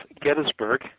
Gettysburg